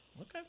Okay